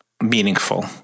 Meaningful